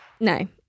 No